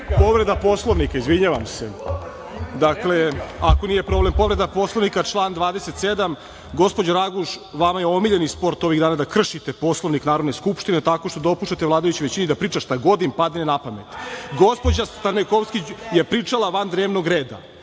Povreda Poslovnika izvinjavam se, ako nije problem. Dakle, povreda Poslovnika, član 27. Gospođo Raguš vama je omiljeni sport ovih dana da kršite Poslovnik Narodne skupštine tako što dopuštate vladajućoj većini da priča šta god im padne na pamet. Gospođa Stamenkovski je pričala van dnevnog reda.